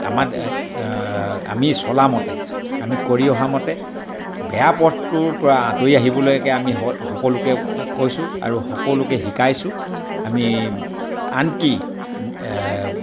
আমাৰ আমি চলামতে আমি কৰি অহামতে বেয়া পথটোৰ পৰা আঁতৰি আহিবলৈকে আমি স সকলোকে কৈছোঁ আৰু সকলোকে শিকাইছোঁ আমি আনকি